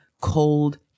cold